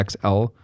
XL